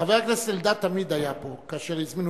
חבר הכנסת אלדד תמיד היה פה כאשר הזמינו